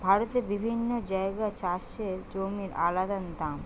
ভারতের বিভিন্ন জাগায় চাষের জমির আলদা দাম